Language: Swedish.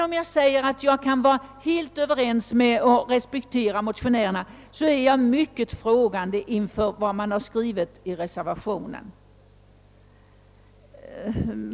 Om jag alltså respekterar motionärerna ställer jag mig dock helt frågande till vad som skrivits i reservationen.